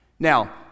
Now